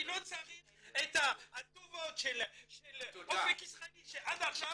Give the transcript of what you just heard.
אני לא צריך את הטובות של אופק ישראלי שעד עכשיו